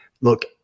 Look